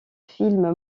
films